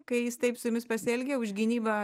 kai jis taip su jumis pasielgė už gynybą